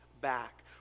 back